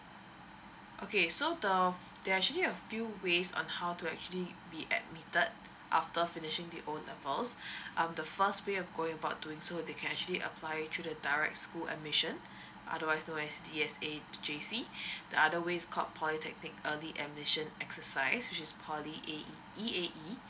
okay so the there are actually a few ways on how to actually be admited after finishing the O levels um the first way of going about doing so they can actually apply to the direct school admission otherwise known as D_S_A J_C the other way is called polytechnic early admission exercise which is poly A_E E_A_E